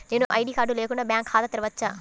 నేను ID card లేకుండా bank ఖాతా తెరవచ్చా?